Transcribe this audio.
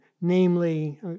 namely